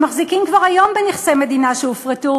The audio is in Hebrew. שמחזיקים כבר היום בנכסי מדינה שהופרטו,